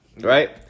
right